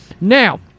Now